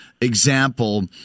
example